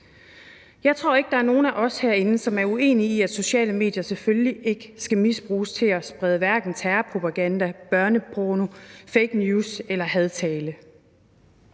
Jeg tror ikke, der er nogen af os herinde, som er uenige i, at sociale medier selvfølgelig ikke skal misbruges til at sprede hverken terrorpropaganda, børneporno, fake news eller hadtale.